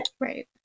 Right